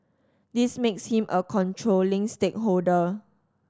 this makes him a controlling stakeholder